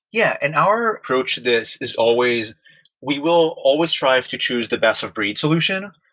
yeah. and our approach to this is always we will always strive to choose the best of breed solution.